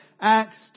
Acts